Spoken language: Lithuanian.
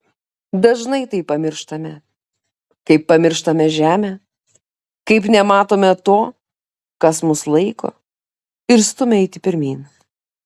dažnai tai pamirštame kaip pamirštame žemę kaip nematome to kas mus laiko ir stumia eiti pirmyn